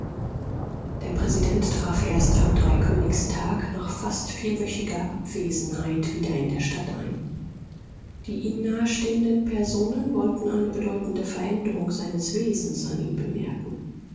der präsident traf erst am dreikönigstag nach fast vierwöchiger abwesenheit wieder in der stadt ein die ihm nahestehenden personen wollten eine bedeutende veränderung seines wesens an ihm bemerken